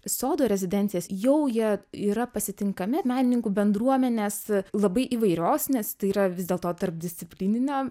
sodo rezidencijas jau jie yra pasitinkami menininkų bendruomenės labai įvairios nes tai yra vis dėlto tarpdisciplininio